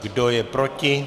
Kdo je proti?